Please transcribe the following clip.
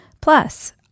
Plus